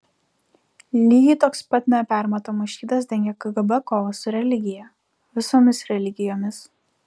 lygiai toks pat nepermatomas šydas dengia kgb kovą su religija visomis religijomis